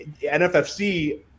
NFFC